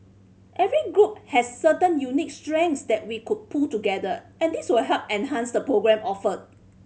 every group has certain unique strengths that we could pool together and this will help enhance the programme offered